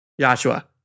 Joshua